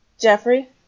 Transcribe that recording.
Jeffrey